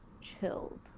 chilled